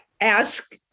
Ask